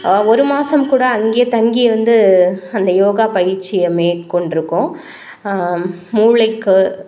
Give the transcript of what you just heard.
ஒரு மாதம் கூட அங்கேயே தங்கி இருந்து அந்த யோகா பயிற்சியை மேற்கொண்டிருக்கோம் மூளைக்கு